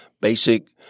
basic